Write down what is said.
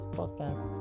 podcast